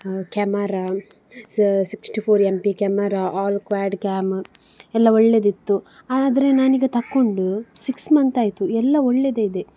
camera sixty four M P camera all quad cam ಎಲ್ಲ ಒಳ್ಳೆದಿತ್ತು ಆದರೆ ನಾನೀಗ ತೊಗೊಂಡು ಸಿಕ್ಸ್ ಮಂತಾಯ್ತು ಎಲ್ಲ ಒಳ್ಳೆದೆ ಇದೆ